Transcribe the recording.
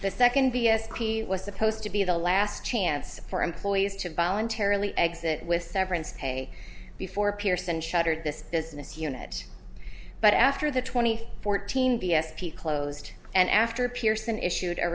the second b s p was supposed to be the last chance for employees to voluntarily exit with severance pay before pearson shuttered this business unit but after the twenty fourteen b s p closed and after pearson issued a